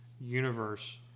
universe